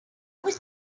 was